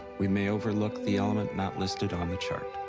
we may overlook the element not listed on the chart,